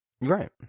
Right